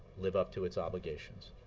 live up to its obligations.